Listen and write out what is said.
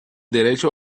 derecho